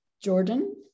Jordan